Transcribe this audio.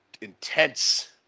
intense